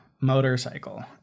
motorcycle